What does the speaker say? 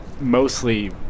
mostly